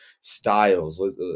styles